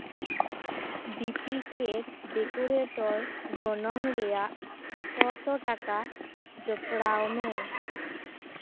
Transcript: ᱰᱤᱯᱤ ᱠᱮ ᱰᱮᱠᱳᱨᱮᱴᱚᱨ ᱜᱚᱱᱚᱝ ᱨᱮᱭᱟᱜ ᱪᱷᱚ ᱥᱚ ᱴᱟᱠᱟ ᱡᱚᱯᱲᱟᱣ ᱢᱮ